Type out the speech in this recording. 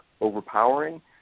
overpowering